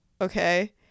Okay